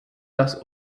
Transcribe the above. das